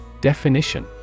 Definition